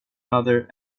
mother